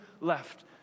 left